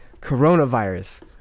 Coronavirus